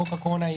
חוק הקורונה.